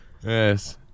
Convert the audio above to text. Yes